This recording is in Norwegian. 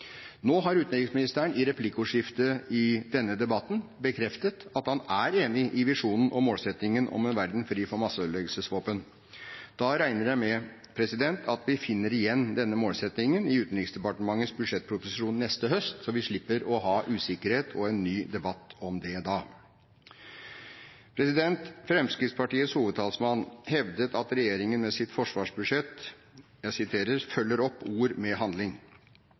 Nå har utenriksministeren i replikkordskiftet i denne debatten bekreftet at han er enig i visjonen og målsettingen om en verden fri for masseødeleggelsesvåpen. Da regner jeg med at vi finner igjen denne målsettingen i utenriksdepartementets budsjettproposisjon neste høst, så vi slipper å ha usikkerhet og en ny debatt om det da. Fremskrittspartiets hovedtalsmann hevdet at regjeringen med sitt forsvarsbudsjett følger opp ord «med handling». Høyres hovedtalsmann, representanten Helleland, erkjente imidlertid at forsvarsbudsjettet ikke er helt i tråd med